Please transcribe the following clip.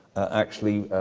actually,